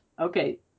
Okay